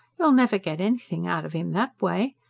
you'll never get anything out of im that way.